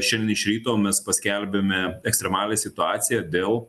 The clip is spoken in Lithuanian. šiandien iš ryto mes paskelbėme ekstremalią situaciją dėl